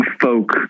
folk